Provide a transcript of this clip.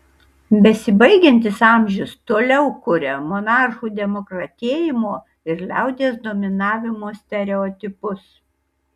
besibaigiantis amžius toliau kuria monarchų demokratėjimo ir liaudies dominavimo stereotipus